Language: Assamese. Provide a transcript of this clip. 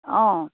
অঁ